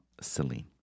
Celine